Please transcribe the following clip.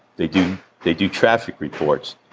they do they do traffic reports.